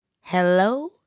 Hello